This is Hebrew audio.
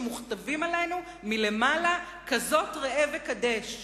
שמוכתבים עלינו מלמעלה: כזאת ראה וקדש.